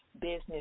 business